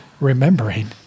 remembering